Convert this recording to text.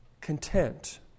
Content